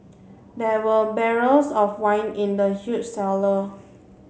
there were barrels of wine in the huge cellar